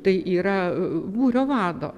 tai yra būrio vado